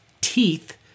teeth